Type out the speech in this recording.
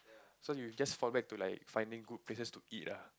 so you just fall back like finding good places to eat ah